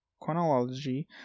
chronology